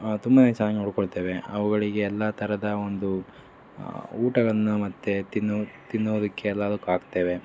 ತುಂನೇ ಚೆನ್ನಾಗಿ ನೋಡಿಕೊಳ್ತೇವೆ ಅವುಗಳಿಗೆ ಎಲ್ಲ ಥರದ ಒಂದು ಊಟಗಳನ್ನ ಮತ್ತು ತಿನ್ನು ತಿನ್ನೋದಕ್ಕೆ ಎಲ್ಲದಕ್ಕೂ ಹಾಕ್ತೇವೆ